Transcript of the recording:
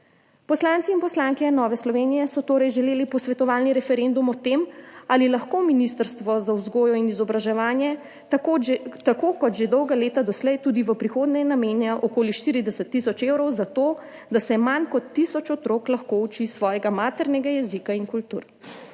Poslanci in poslanke Nove Slovenije so torej želeli posvetovalni referendum o tem, ali lahko Ministrstvo za vzgojo in izobraževanje tako kot že dolga leta doslej tudi v prihodnje namenja okoli 40 tisoč evrov za to, da se manj kot tisoč otrok lahko uči svojega maternega jezika in kulture.